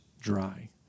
dry